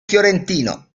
fiorentino